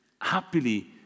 happily